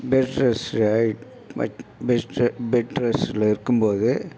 bed rest best bed ரெஸ்ட்டில் இருக்கும்போது